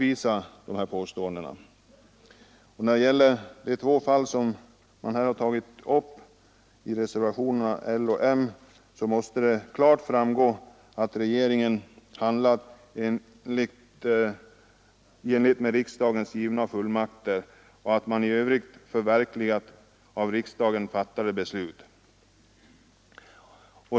I vad gäller de två fall som har tagits upp i reservationerna L och M måste det klart framgå att regeringen har handlat i enlighet med av riksdagen givna fullmakter och att av riksdagen fattade beslut i övrigt har förverkligats.